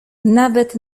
nawet